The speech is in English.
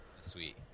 Sweet